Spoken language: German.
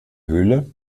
höhle